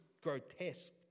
grotesque